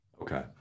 Okay